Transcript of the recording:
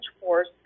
force